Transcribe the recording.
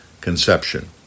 conception